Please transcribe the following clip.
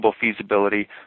feasibility